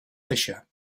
fisher